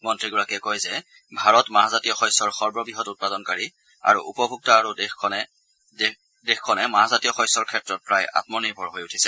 মন্ত্ৰীগৰাকীয়ে কয় যে ভাৰত মাহজাতীয় শস্যৰ সৰ্ববৃহৎ উৎপাদনকাৰী আৰু উপভোক্তা আৰু দেশখনে মাহজাতীয় শস্যৰ ক্ষেত্ৰত প্ৰায় আমনিৰ্ভৰ হৈ উঠিছে